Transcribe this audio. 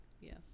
Yes